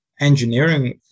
engineering